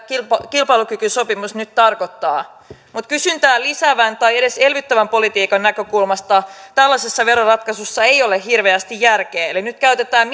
kilpailukykysopimus nyt tarkoittaa mutta kysyntää lisäävän tai edes elvyttävän politiikan näkökulmasta tällaisessa veroratkaisussa ei ole hirveästi järkeä eli nyt käytetään